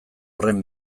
horren